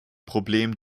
problem